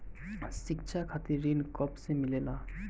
शिक्षा खातिर ऋण कब से मिलेला?